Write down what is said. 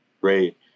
great